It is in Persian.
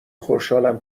خوشحالم